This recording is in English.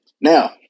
now